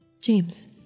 James